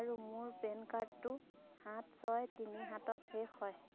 আৰু মোৰ পেন কাৰ্ডটো সাত ছয় তিনি সাতত শেষ হয়